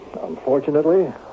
Unfortunately